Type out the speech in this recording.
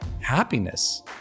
happiness